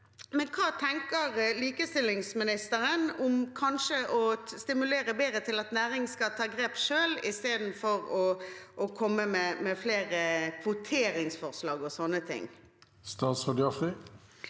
selv. Hva tenker likestillingsministeren om å stimulere bedre til at næringen skal ta grep selv, istedenfor å komme med flere kvoteringsforslag og sånne ting? Statsråd Lubna